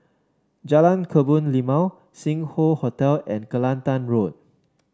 Jalan Kebun Limau Sing Hoe Hotel and Kelantan Road